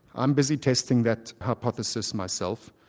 i'm busy testing that hypothesis myself.